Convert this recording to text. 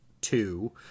two